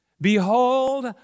Behold